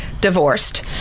divorced